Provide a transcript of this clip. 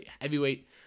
heavyweight